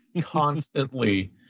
constantly